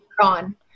Gone